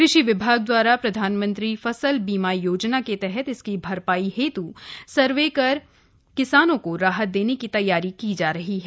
कृषि विभाग द्वारा प्रधानमंत्री फसल बीमा योजना के तहत इसकी भरपाई हेतु सर्वे कर किसानों को राहत देने की तैयारी की जा रही है